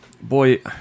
boy